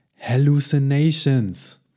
Hallucinations